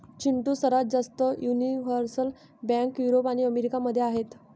चिंटू, सर्वात जास्त universal bank Europe आणि अमेरिका मध्ये आहेत